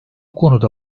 konuda